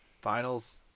Finals